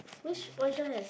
which which one has a